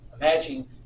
Imagine